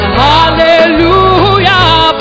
Hallelujah